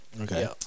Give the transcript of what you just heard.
Okay